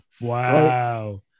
wow